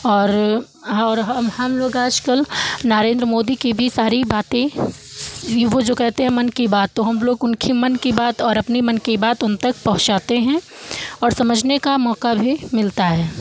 और और हम हम लोग आजकल नरेंद्र मोदी की भी सारी बातें वो जो कहते हैं मन की बात तो हम लोग उनके मन की बात और अपने मान की बात उन तक पहुंचाते हैं और समझने का मौका भी मिलता है